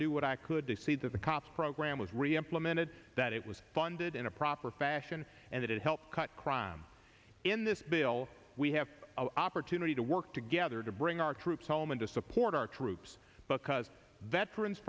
do what i could to see that the cops program was reimplemented that it was funded in a proper fashion and that it helped cut crime in this bill we have opportunity to work together to bring our troops home and to support our troops but because veterans